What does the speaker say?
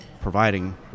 providing